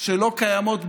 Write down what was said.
שלא קיימות באמת,